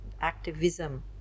activism